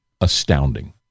astounding